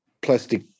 plastic